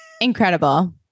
Incredible